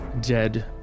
dead